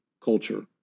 culture